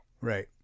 Right